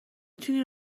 تونی